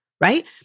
right